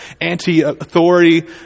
anti-authority